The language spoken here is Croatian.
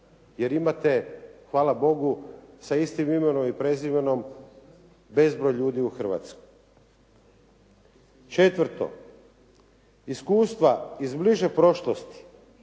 Jer imate hvala Bogu sa istim imenom i prezimenom bezbroj ljudi u Hrvatskoj. Četvrto, iskustva iz bliže prošlosti